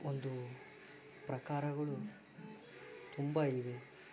ಒಂದು ಪ್ರಕಾರಗಳು ತುಂಬ ಇವೆ